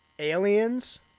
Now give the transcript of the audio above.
Aliens